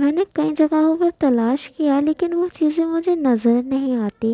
میں نے کئی جگہوں پر تلاش کیا لیکن وہ چیزیں مجھے نظر نہیں آتی